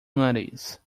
nariz